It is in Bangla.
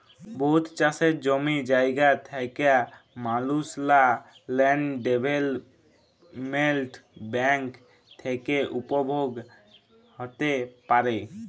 বহুত চাষের জমি জায়গা থ্যাকা মালুসলা ল্যান্ড ডেভেলপ্মেল্ট ব্যাংক থ্যাকে উপভোগ হ্যতে পারে